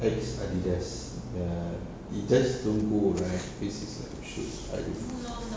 ex Adidas err it just logo right basis like shoes right